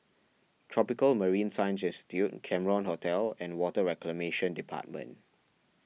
Tropical Marine Science Institute Cameron Hotel and Water Reclamation Department